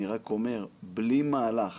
אני רק אומר שבלי מהלך